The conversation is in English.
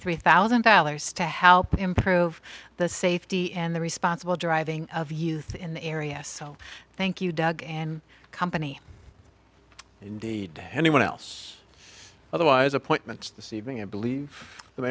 three thousand dollars to help improve the safety and the responsible driving of youth in the area so thank you doug and company indeed hennie one else otherwise appointments this evening i believe th